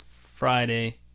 Friday